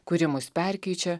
kuri mus perkeičia